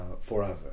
forever